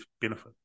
benefit